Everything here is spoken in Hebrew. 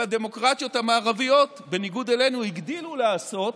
בדמוקרטיות המערביות, בניגוד אלינו, הגדילו לעשות,